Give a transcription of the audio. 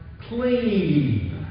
clean